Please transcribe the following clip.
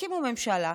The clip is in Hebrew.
תקימו ממשלה,